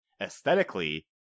Aesthetically